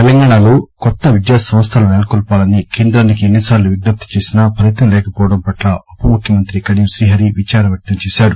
తెలంగాణలో కొత్త విద్యా సంస్దలను నెలకొల్పాలని కేందానికి ఎన్నిసార్లు విజ్ఞప్తి చేసినా ఫలితం లేకపోవడం పట్ల ఉపముఖ్యమంతి కడియం తీహరి విచారం వ్యక్తం చేశారు